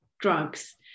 drugs